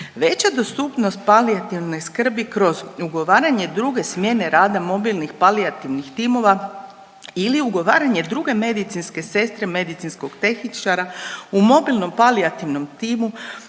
Veća dostupnost palijativne skrbi kroz ugovaranje druge smjene rada mobilnih palijativnih timova ili ugovaranje druge medicinske sestre, medicinskog tehničara u mobilnom palijativnom timu